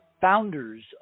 founders